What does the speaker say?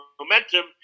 momentum